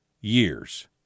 years